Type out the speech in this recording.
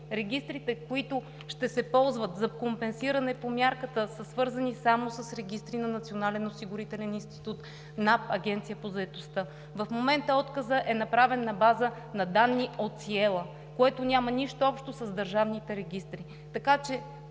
регистрите, които ще се ползват за компенсиране по мярката, са свързани само с регистрите на Националния осигурителен институт, НАП и Агенция по заетостта. В момента отказът е направен на база на данните от „Сиела“, което няма нищо общо с държавните регистри.